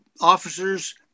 officers